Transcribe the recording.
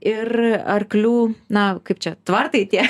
ir arklių na kaip čia tvartai tie